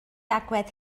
agwedd